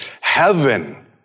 heaven